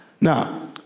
Now